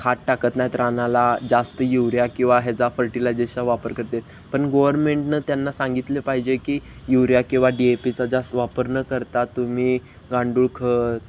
खाद टाकत नाहीत रानाला जास्त युरिया किंवा ह्याचा फर्टिलायजेशचा वापर करतात पण गोवरमेंटनं त्यांना सांगितलं पाहिजे की युरिया किंवा डी ए पीचा जास्त वापर न करता तुम्ही गांडूळखत